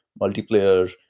multiplayer